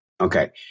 Okay